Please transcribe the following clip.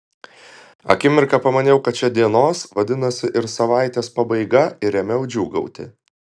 akimirką pamaniau kad čia dienos vadinasi ir savaitės pabaiga ir ėmiau džiūgauti